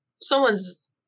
Someone's